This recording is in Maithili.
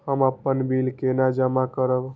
हम अपन बिल केना जमा करब?